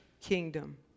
kingdom